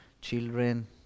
children